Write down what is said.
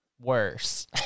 worse